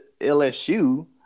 LSU